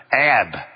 Ab